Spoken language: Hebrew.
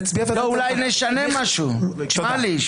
אולי נשנה משהו תשמע לי.